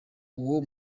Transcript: uwo